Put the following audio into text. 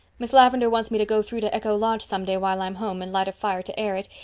miss lavendar wants me to go through to echo lodge some day while i'm home and light a fire to air it,